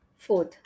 Fourth